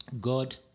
God